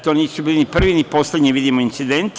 To nisu bili ni prvi ni poslednji incidenti.